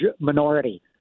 minority